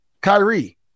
Kyrie